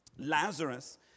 Lazarus